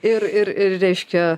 ir ir ir reiškia